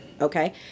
Okay